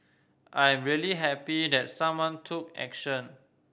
I am really happy that someone took action